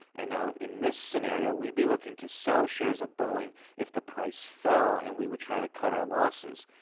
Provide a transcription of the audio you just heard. and now in this scenario, we'd be looking to sell shares of boeing if the price fell and we were trying to cut our losses.